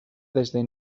desde